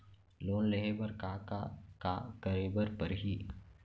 Loan लेहे बर का का का करे बर परहि?